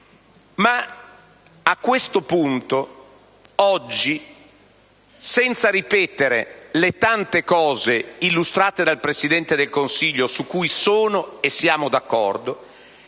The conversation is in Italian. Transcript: A questo punto, oggi, senza ripetere le tante cose illustrate dal Presidente del Consiglio su cui sono e siamo d'accordo,